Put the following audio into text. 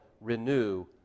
renew